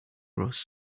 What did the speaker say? roast